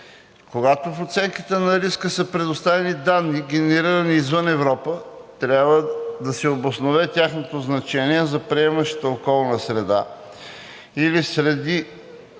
Когато в ОР са предоставени данни, генерирани извън Европа, трябва да се обоснове тяхното значение за приемащата околна среда или среди